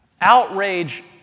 outrage